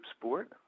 sport